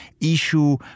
issue